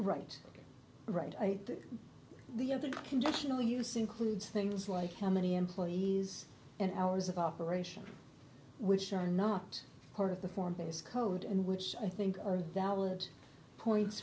right right i think the conditional use includes things like how many employees and hours of operation which are not part of the form that is code and which i think are valid points